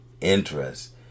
interest